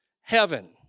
heaven